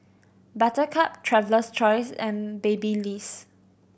Buttercup Traveler's Choice and Babyliss